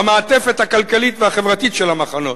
במעטפת הכלכלית והחברתית של המחנות,